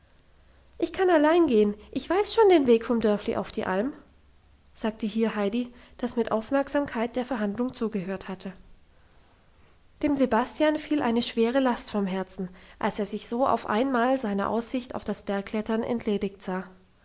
ich kann allein gehen ich weiß schon den weg vom dörfli auf die alm sagte hier heidi das mit aufmerksamkeit der verhandlung zugehört hatte dem sebastian fiel eine schwere last vom herzen als er sich so auf einmal seiner aussicht auf das bergklettern entledigt sah